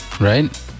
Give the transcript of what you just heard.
Right